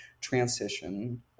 transition